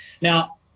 Now